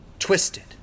Twisted